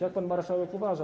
Jak pan marszałek uważa.